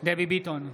דבי ביטון,